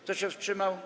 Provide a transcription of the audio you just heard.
Kto się wstrzymał?